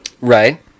Right